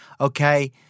okay